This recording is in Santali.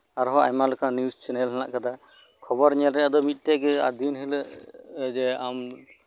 ᱟᱨᱦᱚᱸ ᱟᱭᱢᱟ ᱞᱮᱠᱟᱱ ᱱᱤᱭᱩᱡᱽ ᱪᱮᱱᱮᱞ ᱦᱮᱱᱟᱜ ᱟᱠᱟᱫᱟ ᱠᱷᱚᱵᱚᱨ ᱧᱮᱞ ᱨᱮᱭᱟᱜ ᱫᱚ ᱢᱤᱫ ᱴᱮᱱ ᱜᱮ ᱡᱮ ᱫᱤᱱ ᱦᱤᱞᱳᱜ ᱜᱮ ᱟᱢ